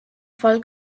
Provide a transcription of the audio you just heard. fall